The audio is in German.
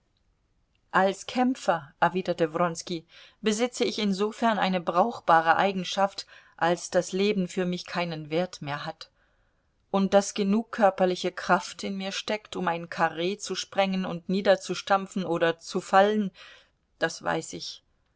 als kämpfer erwiderte wronski besitze ich insofern eine brauchbare eigenschaft als das leben für mich keinen wert mehr hat und daß genug körperliche kraft in mir steckt um ein karree zu sprengen und niederzustampfen oder zu fallen das weiß ich